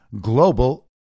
global